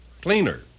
cleaner